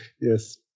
Yes